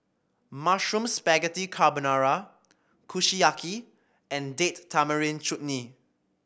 Mushroom Spaghetti Carbonara Kushiyaki and Date Tamarind Chutney